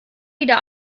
wieder